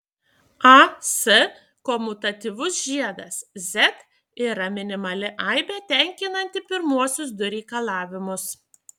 as komutatyvus žiedas z yra minimali aibė tenkinanti pirmuosius du reikalavimus